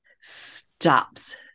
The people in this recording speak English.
stops